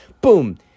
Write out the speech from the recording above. Boom